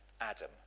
Adam